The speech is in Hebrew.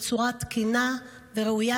בצורה תקינה וראויה,